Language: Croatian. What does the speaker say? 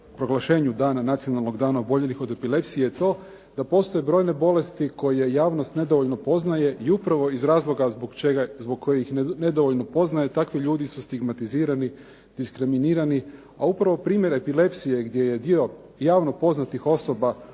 proglašenju dana "Nacionalnog dana oboljelih od epilepsije" je to da postoje brojne bolesti koje javnost nedovoljno poznaje i upravo iz razloga zbog kojih nedovoljno poznaje takvi ljudi su stigmatizirani, diskriminirani, a upravo primjer epilepsije gdje je dio javno poznatih osoba